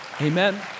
Amen